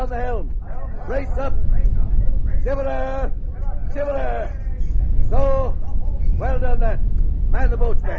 ah helm brace up similar similar so well done then man the boats man